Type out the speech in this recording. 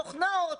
תוכנות,